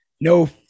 no